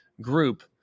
group